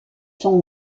son